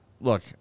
Look